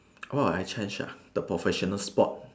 oh I change ah the professional sport